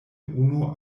unu